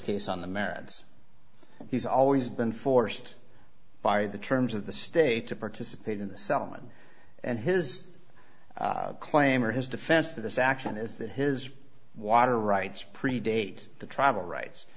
case on the merits he's always been forced by the terms of the state to participate in the selman and his claim or his defense to this action is that his water rights predate the travel rights